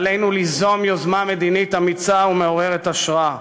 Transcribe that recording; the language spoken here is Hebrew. עלינו ליזום יוזמה מדינית אמיצה ומעוררת השראה,